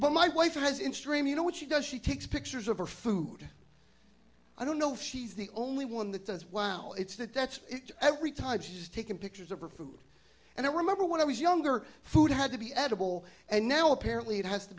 but my wife has in stream you know what she does she takes pictures of her food i don't know if she's the only one that does wow it's that that's every time she's taking pictures of her food and it remember when i was younger food had to be edible and now apparently it has to